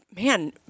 man